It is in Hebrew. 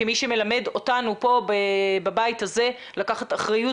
כמי שמלמד אותנו פה בבית הזה לקחת אחריות,